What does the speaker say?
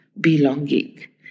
belonging